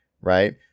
right